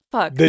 Fuck